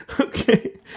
Okay